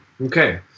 Okay